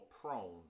prone